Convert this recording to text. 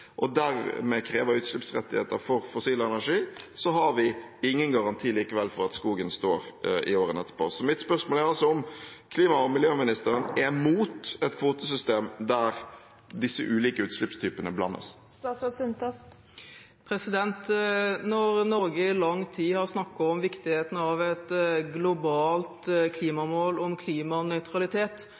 og dermed krever utslippsrettigheter for fossil energi, har vi ingen garanti likevel for at skogen står i årene etterpå. Så mitt spørsmål er om klima- og miljøministeren er imot et kvotesystem der disse ulike utslippstypene blandes? Når Norge i lang tid har snakket om viktigheten av et globalt klimamål og om klimanøytralitet,